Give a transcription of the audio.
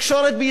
על כל המגבלות,